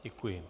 Děkuji.